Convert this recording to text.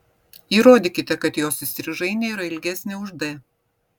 įrodykite kad jos įstrižainė yra ilgesnė už d